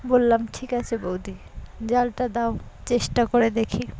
বললাম ঠিক আছে বৌদি জালটা দাও চেষ্টা করে দেখি